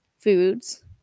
foods